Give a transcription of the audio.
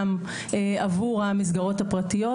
גם עבור המסגרות הפרטיות,